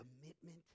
commitment